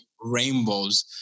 rainbows